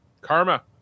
karma